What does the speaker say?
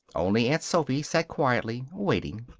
only aunt sophy sat quietly, waiting.